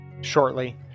shortly